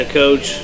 coach